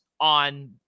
on